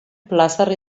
plazer